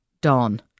dawn